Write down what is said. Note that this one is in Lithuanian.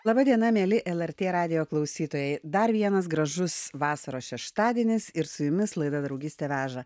laba diena mieli lrt radijo klausytojai dar vienas gražus vasaros šeštadienis ir su jumis laida draugystė veža